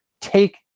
Take